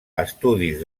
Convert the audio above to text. estudis